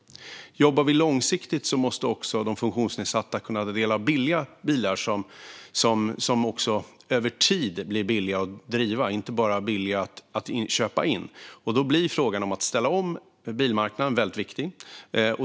När det gäller att jobba långsiktigt måste också de funktionsnedsatta kunna ta del av billiga bilar, som blir billiga att driva även över tid, inte bara billiga att köpa in. Då blir frågan om att ställa om bilmarknaden viktig.